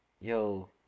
Yo